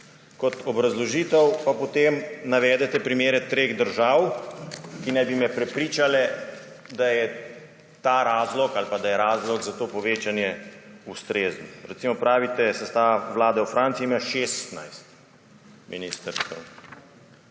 Kot obrazložitev pa potem navedete primere treh držav, ki naj bi me prepričale, da je razlog za to povečanje ustrezen. Recimo pravite, sestava vlade v Franciji ima 16 ministrstev,